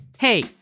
Hey